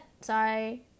sorry